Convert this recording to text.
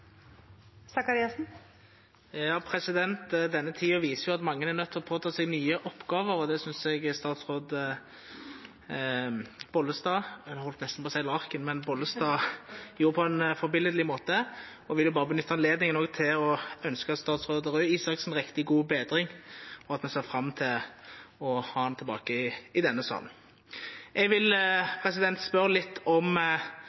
og skogbruket. Denne tiden viser at mange er nødt til å påta seg nye oppgaver, og det synes jeg statsråd Bollestad – jeg holdt nesten på å si Larkin – gjorde på en forbilledlig måte. Jeg vil også benytte anledningen til å ønske statsråd Røe Isaksen riktig god bedring, og si at vi ser fram til å ha ham tilbake i denne salen. Jeg vil spørre litt om